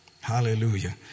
Hallelujah